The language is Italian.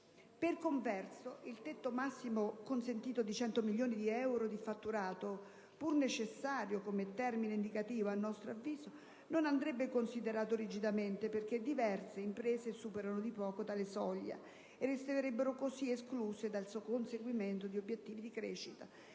Per converso, il tetto massimo consentito di 100 milioni di euro di fatturato, pur necessario come termine indicativo, a nostro avviso non andrebbe considerato rigidamente, perché diverse imprese superano di poco tale soglia e resterebbero così escluse dal conseguimento di obiettivi di crescita